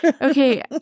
Okay